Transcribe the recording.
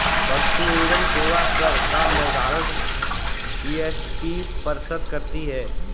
वस्तु एवं सेवा कर का निर्धारण जीएसटी परिषद करती है